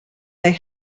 they